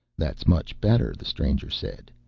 that's much better, the stranger said.